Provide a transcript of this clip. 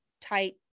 tight